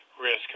risk